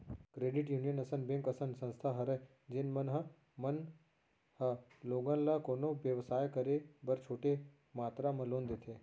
credit union अइसन bank असन संस्था हरय जेन मन ह मन ह लोगन ल कोनो बेवसाय करे बर छोटे मातरा म लोन देथे